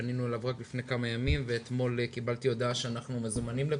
פנינו אליו רק לפני כמה ימים ואתמול קיבלתי הודעה שאנחנו מוזמנים לפה,